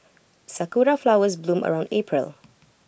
Sakura Flowers bloom around April